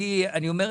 אנחנו לא נסכים